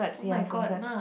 oh-my-god ma